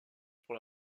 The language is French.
pour